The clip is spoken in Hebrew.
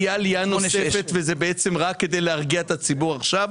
עלייה נוספת ושזה בעצם רק כדי להרגיע את הציבור עכשיו.